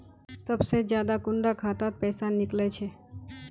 सबसे ज्यादा कुंडा खाता त पैसा निकले छे?